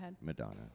Madonna